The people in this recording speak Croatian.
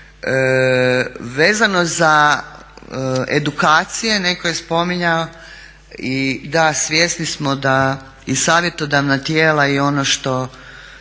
Vezano za edukacije, netko je spominjao, i da svjesni smo da i savjetodavna tijela i ono što